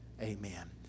Amen